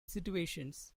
situations